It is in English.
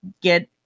get